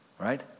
Right